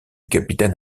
capitaine